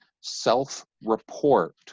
self-report